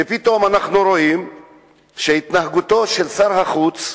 ופתאום אנחנו רואים שהתנהגותו של שר החוץ,